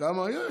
כמה יש?